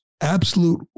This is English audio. absolute